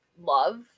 love